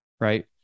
right